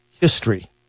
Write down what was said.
history